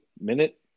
minute